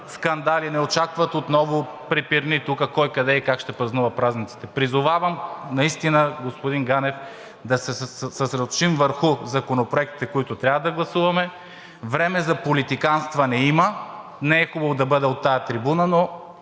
скандали, не очакват отново препирни тук кой, къде и как ще празнува празниците. Призовавам, господин Ганев, да се съсредоточим върху законопроектите, които трябва да гласуваме. Време за политиканстване има, не е хубаво да бъде от тази трибуна, но